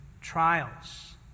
trials